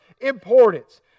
importance